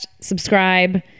Subscribe